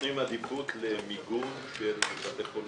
נותנים עדיפות למיגון בתי חולים?